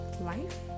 Life